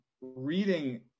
reading